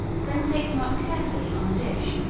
then take them up carefully on a dish,